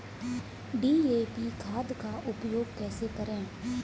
DAP खाद का उपयोग कैसे करें?